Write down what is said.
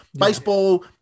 baseball